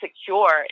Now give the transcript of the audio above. secure